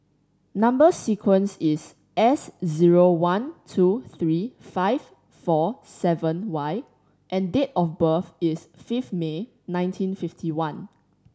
number sequence is S zero one two three five four seven Y and date of birth is five May nineteen fifty one